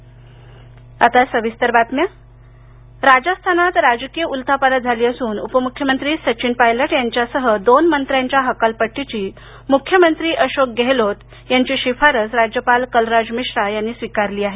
pilot राजस्थानात राजकीय उलथापालथ झाली असून उपमुख्यमंत्री सचिन पायलट यांच्यासह दोन मंत्र्यांच्या हकालपट्टीची मुख्यमंत्री अशोक गहलोत यांची शिफारस राज्यपाल कलराज मिश्रा यांनी स्वीकारलि आहे